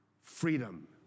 Freedom